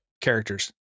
characters